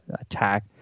attack